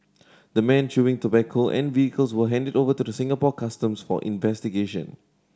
the men chewing tobacco and vehicles were handed over to the Singapore Customs for investigation